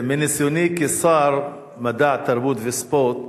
מניסיוני כשר המדע, התרבות והספורט,